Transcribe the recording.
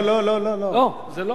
לא, לא, לא, לא.